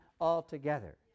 altogether